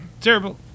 Terrible